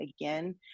again